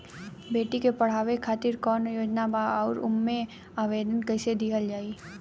बेटी के पढ़ावें खातिर कौन योजना बा और ओ मे आवेदन कैसे दिहल जायी?